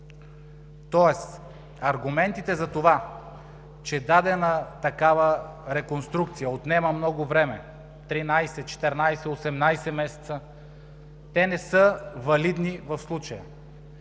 Тоест аргументите за това, че такава реконструкция отнема много време, 13 – 14 – 18 месеца, не са валидни в случая.